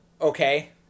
Okay